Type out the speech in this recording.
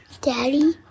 Daddy